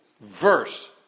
verse